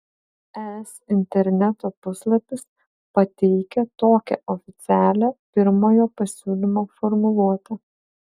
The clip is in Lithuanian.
es interneto puslapis pateikia tokią oficialią pirmojo pasiūlymo formuluotę